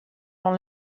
dans